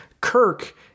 Kirk